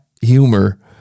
humor